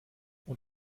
und